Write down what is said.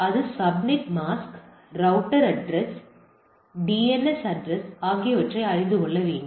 இது subnet mask router address DNS address ஆகியவற்றை அறிந்து கொள்ள வேண்டும்